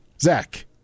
Zach